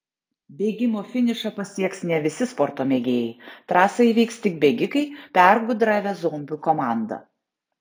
bėgimo finišą pasieks ne visi sporto mėgėjai trasą įveiks tik bėgikai pergudravę zombių komandą